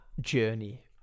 journey